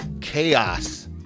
chaos